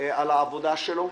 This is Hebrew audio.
על העבודה שלו,